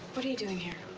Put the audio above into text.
but are you doing here?